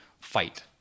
fight